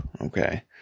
Okay